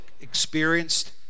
experienced